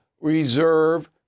reserve